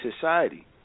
society